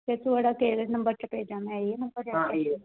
ते थुआड़े केह्ड़े नम्बर च भेजां में हां इ'यो